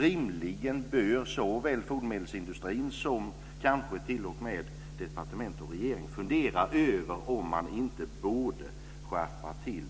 Rimligen bör såväl fodermedelsindustrin som kanske t.o.m. departement och regering fundera över om man inte borde skärpa till